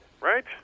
right